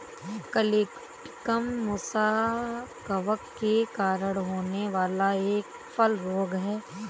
colletotrichum मुसा कवक के कारण होने वाला एक फल रोग है